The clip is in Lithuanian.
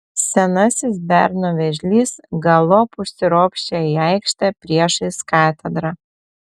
senasis berno vėžlys galop užsiropščia į aikštę priešais katedrą